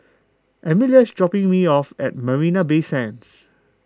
Emelia is dropping me off at Marina Bay Sands